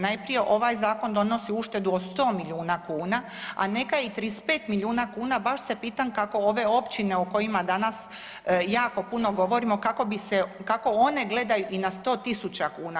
Najprije, ovaj zakon donosi uštedu od 100 milijuna kuna, a neka i 35 milijuna kuna, baš se pitam kako ove općine o kojima danas jako puno govorimo, kako bi se, kako one gledaju i na 100 tisuća kuna.